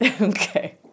Okay